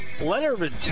Leonard